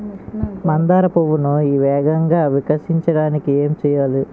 మందార పువ్వును వేగంగా వికసించడానికి ఏం చేయాలి?